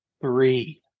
Three